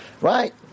Right